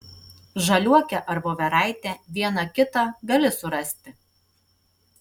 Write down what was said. žaliuokę ar voveraitę vieną kitą gali surasti